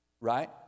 right